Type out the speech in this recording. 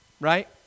right